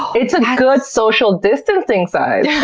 it's a good social distancing size.